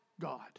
God